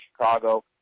Chicago